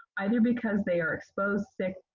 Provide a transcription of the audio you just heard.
either because they are exposed, sick,